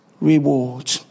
reward